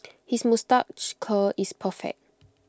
his moustache curl is perfect